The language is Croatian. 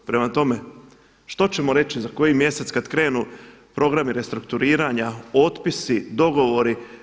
Prema tome, što ćemo reći za koji mjesec kad krenu programi restrukturiranja, otpisi, dogovori.